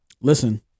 Listen